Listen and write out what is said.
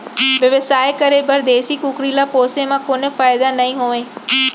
बेवसाय करे बर देसी कुकरी ल पोसे म कोनो फायदा नइ होवय